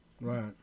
Right